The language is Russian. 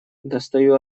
достаю